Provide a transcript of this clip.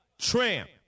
tramp